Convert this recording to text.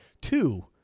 Two